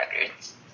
Records